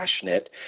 passionate